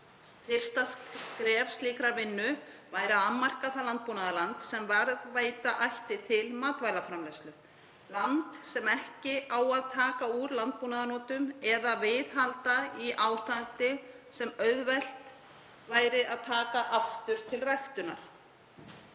Fyrsta skref slíkrar vinnu væri að afmarka það landbúnaðarland sem varðveita ætti til matvælaframleiðslu, land sem ekki á að taka úr landbúnaðarnotum eða viðhalda í ástandi sem auðvelt væri að taka aftur til ræktunar.